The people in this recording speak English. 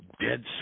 dead